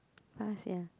far sia